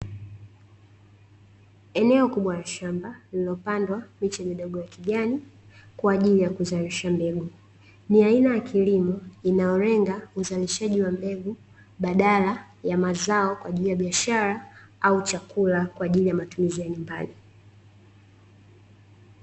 Eneo kubwa la shamba lililopandwa miti midogo ya kijani kwaajili ya kuzalisha mbegu. Ni aina ya kilimo inayolenga uzalishaji wa mbegu badala ya mazao kwaajili ya biashara au chakula kwaajili ya matumizi ya nyumbani.